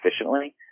efficiently